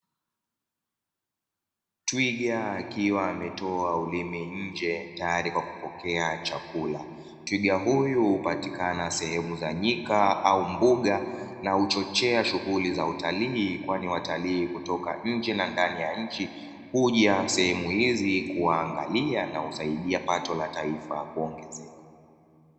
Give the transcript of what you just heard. Twiga akiwa ametoa ulimi nje tayari kwa kupokea chakula. Twiga huyu hupatikana sehemu za nyika au mbuga na huchochea shughuli za utalii, kwani watalii kutoka nje ya nchi na ndani ya nchi, huja sehemu hizi kuwaangalia, na husaidia pato la taifa kuongezeka.